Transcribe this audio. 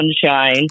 sunshine